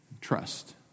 trust